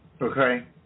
okay